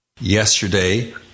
yesterday